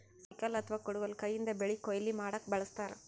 sickle ಅಥವಾ ಕುಡಗೊಲ್ ಕೈಯಿಂದ್ ಬೆಳಿ ಕೊಯ್ಲಿ ಮಾಡ್ಲಕ್ಕ್ ಬಳಸ್ತಾರ್